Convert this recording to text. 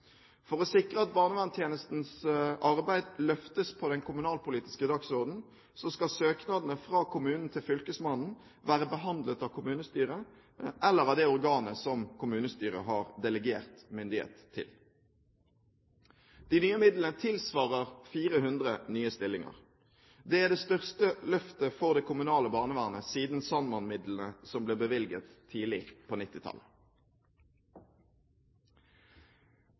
For å sikre at barnevernstjenestens arbeid løftes på den kommunalpolitiske dagsordenen, skal søknadene fra kommunen til fylkesmannen være behandlet av kommunestyret, eller av det organ kommunestyret har delegert myndighet til. De nye midlene tilsvarer 400 nye stillinger. Det er det største løftet for det kommunale barnevernet siden Sandman-midlene, som ble bevilget tidlig på